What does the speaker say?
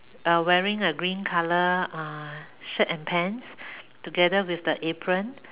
uh wearing a green color uh shirt and pants together with the apron